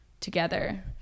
together